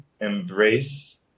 embrace